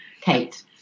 Kate